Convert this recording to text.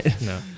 No